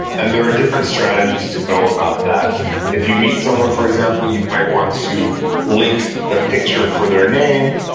and there are different strategies to go about that if you meet someone, for example, you might want to link the picture for their name,